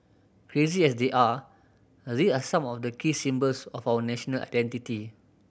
crazy as they are these are some of the key symbols of our national identity